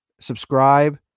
subscribe